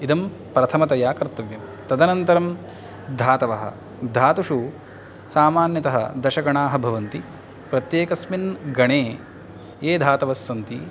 इदं प्रथमतया कर्तव्यं तदनन्तरं धातवः धातुषु सामान्यतः दशगणाः भवन्ति प्रत्येकस्मिन् गणे ये धातवस्सन्ति